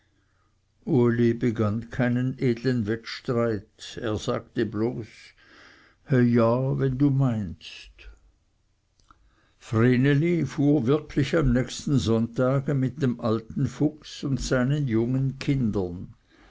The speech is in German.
uli begann keinen edlen wettstreit er sagte bloß he ja wenn du meinst vreneli fuhr wirklich am nächsten sonntage mit dem alten fuchs und seinen jungen kindern